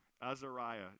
Azariah